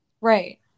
Right